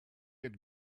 had